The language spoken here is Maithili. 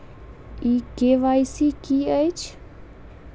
ई के.वाई.सी की अछि?